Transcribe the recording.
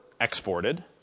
exported